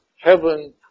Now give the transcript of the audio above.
heaven